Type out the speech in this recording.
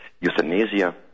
euthanasia